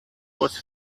was